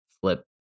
flip